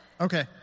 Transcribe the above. okay